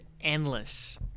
endless